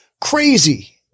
crazy